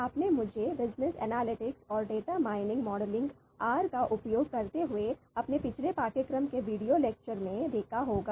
आपने मुझे business analytics और डेटा माइनिंग मॉडलिंग आर का उपयोग करते हुए अपने पिछले पाठ्यक्रम के वीडियो लेक्चर में देखा होगा